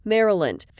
Maryland